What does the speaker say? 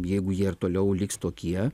jeigu jie ir toliau liks tokie